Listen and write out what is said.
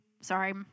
sorry